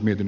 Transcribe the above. kannatan